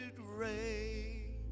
rain